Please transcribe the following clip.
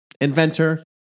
Inventor